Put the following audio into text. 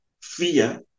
fear